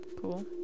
cool